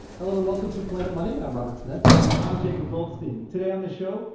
hello, and welcome to planet money. i'm robert smith and i'm jacob goldstein. today on the show,